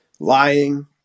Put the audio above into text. lying